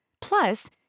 Plus